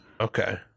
Okay